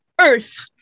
earth